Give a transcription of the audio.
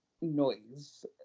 noise